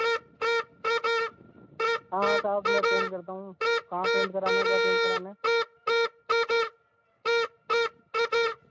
ہاں ہاں صاحب میں پینٹ کرتا ہوں کہاں پینٹ کرانا چاہتے ہے سر ہمیں